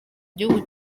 igihugu